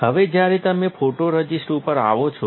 હવે જ્યારે તમે ફોટોરઝિસ્ટ ઉપર આવો છો